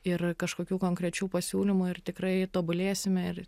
ir kažkokių konkrečių pasiūlymų ir tikrai tobulėsime ir